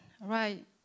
right